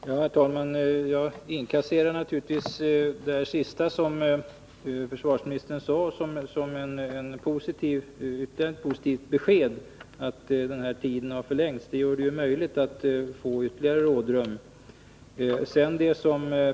Herr talman! Jag inkasserar naturligtvis det sista som försvarsministern sade, att tiden har förlängts, som ytterligare ett positivt besked. Det gör det ju möjligt att få ytterligare rådrum.